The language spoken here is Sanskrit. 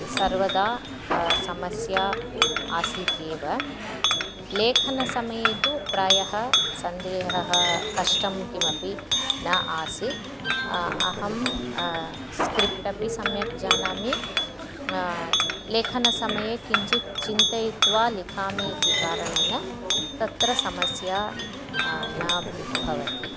सर्वदा समस्या आसीतेव लेखनसमये तु प्रायः सन्देहः कष्टं किमपि न आसीत् अहं स्क्रिप्ट् अपि सम्यक् जानामि लेखनसमये किञ्चित् चिन्तयित्वा लिखामि इति कारणेन तत्र समस्या न भवति